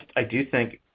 i do think,